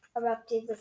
erupted